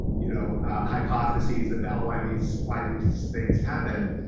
you know hypotheses about why these why these things happen,